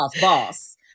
boss